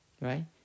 right